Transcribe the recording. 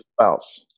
spouse